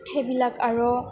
সেইবিলাক আৰু